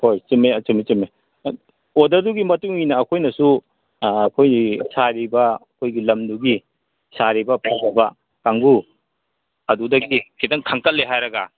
ꯍꯣꯏ ꯆꯨꯝꯃꯦ ꯆꯨꯝꯃꯦ ꯆꯨꯝꯃꯦ ꯑꯣꯗꯔꯗꯨꯒꯤ ꯃꯇꯨꯡꯏꯟꯅ ꯑꯩꯈꯣꯏꯅꯁꯨ ꯑꯩꯈꯣꯏꯒꯤ ꯁꯥꯔꯤꯕ ꯑꯩꯈꯣꯏꯒꯤ ꯂꯝꯗꯨꯒꯤ ꯁꯥꯔꯤꯕ ꯀꯥꯡꯒꯨ ꯑꯗꯨꯗꯒꯤ ꯈꯤꯇꯪ ꯈꯟꯀꯠꯂꯦ ꯍꯥꯏꯔꯒ